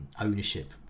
ownership